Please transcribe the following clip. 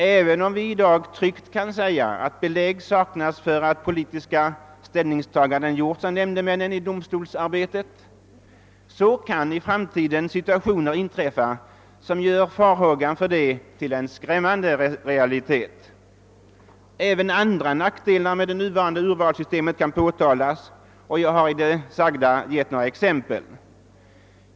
Även om vi i dag tryggt kan säga att belägg saknas för att politiska ställningstaganden gjorts av nämndemännen i domstolsarbetet, kan i framtiden situationer inträffa som förvandlar farhågan härför till en skrämmande realitet. Även andra nackdelar med det nuvarande urvalssystemet kan påtalas, och jag har i mitt anförande givit några exempel härpå.